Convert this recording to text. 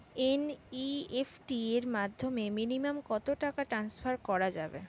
NEFT এর মাধ্যমে minimum কত টাকা টান্সফার করা যাবে?